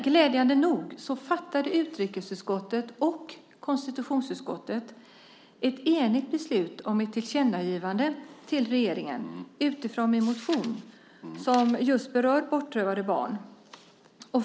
Glädjande nog fattade utrikesutskottet och konstitutionsutskottet ett enigt beslut om ett tillkännagivande till regeringen utifrån min motion som berör bortrövade barn.